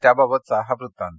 त्याबाबतचा हा वृत्तांत